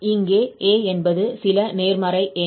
இங்கே a என்பது சில நேர்மறை எண்